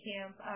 Camp